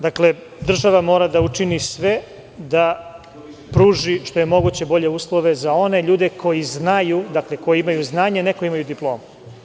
Dakle, država mora da učini sve da pruži što je moguće bolje uslove za one ljude koji znaju, one koji imaju znanje, a ne one koji imaju diplomu.